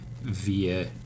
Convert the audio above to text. via